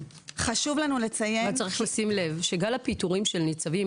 << יור >> פנינה תמנו (יו"ר הוועדה לקידום מעמד האישה ושוויון מגדרי):